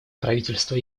правительство